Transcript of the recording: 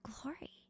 glory